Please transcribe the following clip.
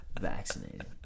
Vaccinated